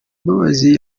mbabazi